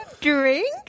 drink